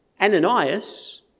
Ananias